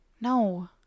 no